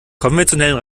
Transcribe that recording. konventionellen